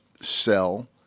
sell